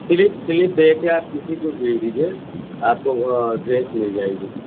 slip slip دے کے آپ کسی کو بھیج دیجیے آپ کو ڈریس مل جائے گی